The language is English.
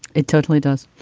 it totally does,